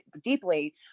deeply